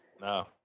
no